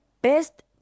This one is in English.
best